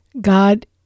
God